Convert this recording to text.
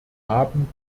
haben